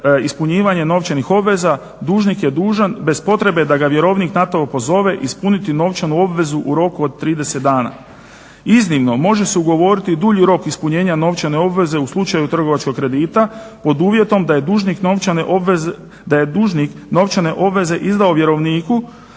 ispunjavanje novčanih obveza, dužnika je dužan bez potrebe da ga vjerovnika na to pozove ispuniti novčanu obavezu u roku od 30 dana. Iznimno, može se ugovoriti i dulji rok ispunjenja novčane obveze u slučaju trgovačkog kredita, pod uvjetom da je dužnik novčane obveze, da je dužnik